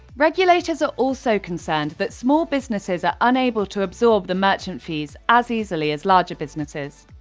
regulators are also concerned that small businesses are unable to absorb the merchant fees as easily as larger businesses,